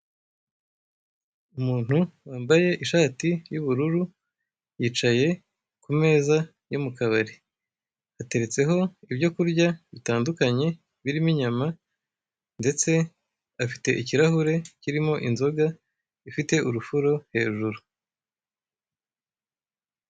Umuntu wambaye ishati y'ubururu yicaye kumeza yo mukabari, hateretseho ibyo kurya bitandukanye birimo inyama, ndetse afite ikirahure kirimo inzoga ifite urufuro hejuru.